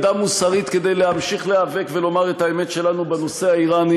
עמדה מוסרית כדי להמשיך להיאבק ולומר את האמת שלנו בנושא האיראני